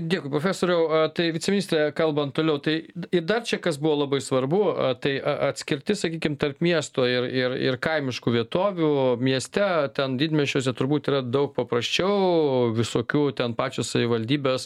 dėkui profesoriau tai viceministre kalbant toliau tai ir dar čia kas buvo labai svarbu tai a atskirtis sakykim tarp miesto ir ir ir kaimiškų vietovių mieste ten didmiesčiuose turbūt yra daug paprasčiau visokių ten pačios savivaldybės